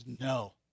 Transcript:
no